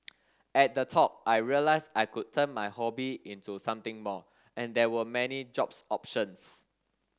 at the talk I realised I could turn my hobby into something more and there were many jobs options